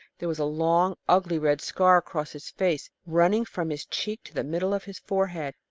there was a long, ugly red scar across his face, running from his cheek to the middle of his forehead,